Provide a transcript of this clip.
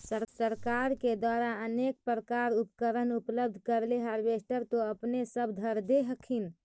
सरकार के द्वारा अनेको प्रकार उपकरण उपलब्ध करिले हारबेसटर तो अपने सब धरदे हखिन?